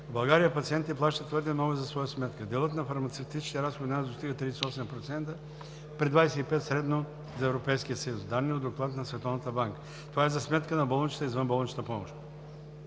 В България пациентите плащат твърде много за своя сметка. Делът на фармацевтичните разходи у нас достига 38% при 25% средно за Европейския съюз – данни от доклад на Световната банка, това е за сметка на болничната и извънболничната помощ.